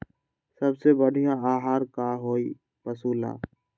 सबसे बढ़िया आहार का होई पशु ला?